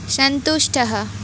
सन्तुष्टः